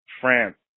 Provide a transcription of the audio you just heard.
France